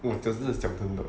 我只是讲真的